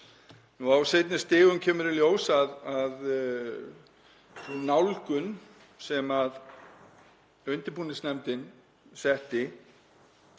Á seinni stigum kemur í ljós að sú nálgun sem undirbúningsnefndin setti